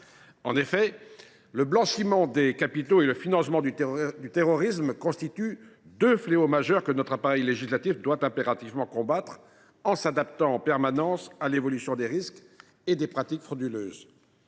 En effet, le blanchiment des capitaux et le financement du terrorisme constituent deux fléaux majeurs que notre appareil législatif doit impérativement combattre, en s’adaptant en permanence à l’évolution des risques et des pratiques frauduleuses.